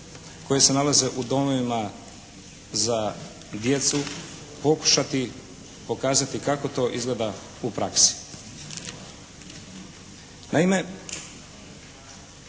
koji se nalaze u domovima za djecu pokušati pokazati kako to izgleda u praksi. Naime,